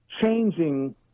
changing